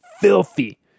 filthy